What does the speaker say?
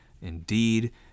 indeed